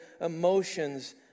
emotions